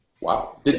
Wow